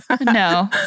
no